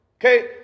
Okay